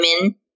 women